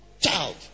child